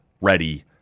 ready